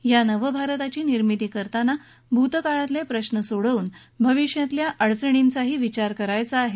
ह्या नव भारताची निर्मिती करताना भूतकाळातले प्रश्न सोडवून भविष्यातल्या अडणींचाही विचार करायचा आहे